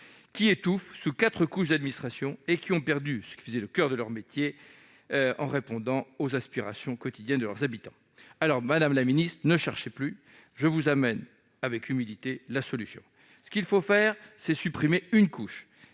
étouffant sous quatre couches d'administration et ayant perdu ce qui faisait le coeur de leur métier, à savoir répondre aux aspirations quotidiennes de leurs habitants. Aussi, madame la ministre, ne cherchez plus ! Je vous amène, avec humilité, la solution ! Ce qu'il faut faire, c'est supprimer une couche-